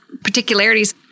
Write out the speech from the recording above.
particularities